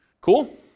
Cool